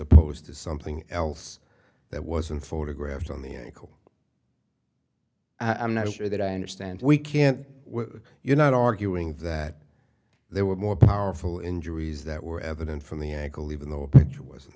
opposed to something else that wasn't photographed on the ankle i'm not sure that i understand we can't you're not arguing that there were more powerful injuries that were evident from the ankle even though it wasn't